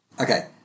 okay